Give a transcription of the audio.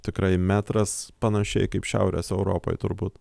tikrai metras panašiai kaip šiaurės europoj turbūt